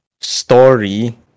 story